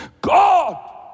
God